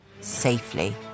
safely